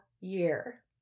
year